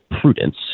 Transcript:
prudence